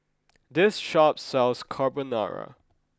this shop sells Carbonara